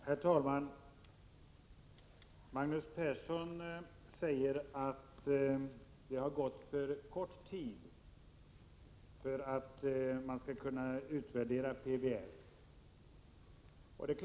Herr talman! Magnus Persson säger att PBL har tillämpats under alltför kort tid för att man skall kunna göra en utvärdering.